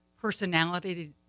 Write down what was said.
personality